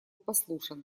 послушен